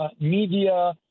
media